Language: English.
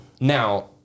Now